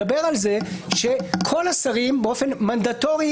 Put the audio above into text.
הוא מדבר על זה שכל השרים באופן מנדטורי